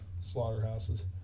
slaughterhouses